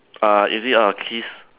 uh is it a kiss